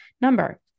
number